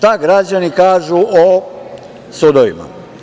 Šta građani kažu o sudovima?